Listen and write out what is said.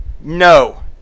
No